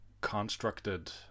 constructed